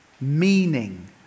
meaning